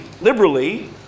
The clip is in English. liberally